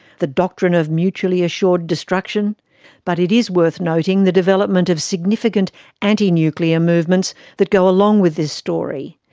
the doctrine of mutually assured destruction but it is worth noting the development of significant anti-nuclear movements that go along with this story.